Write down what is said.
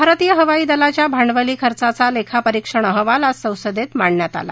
भारतीय हवाई दलाच्या भांडवली खर्चाचा लेखापरिक्षण अहवाल आज संसदेत मांडण्यात आला